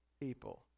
people